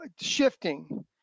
shifting